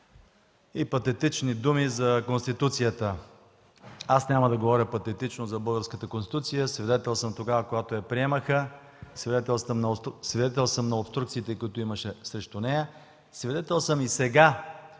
и патетични думи за Конституцията. Аз няма да говоря патетично за Българската конституция. Свидетел съм тогава, когато я приемаха, свидетел съм на обструкциите, които имаше срещу нея, свидетел съм и сега